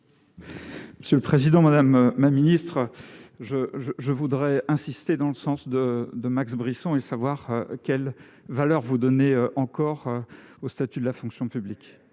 C'est le président madame ministre je je je voudrais insister dans le sens de, de Max Brisson et savoir quelle valeur vous donner encore au statut de la fonction publique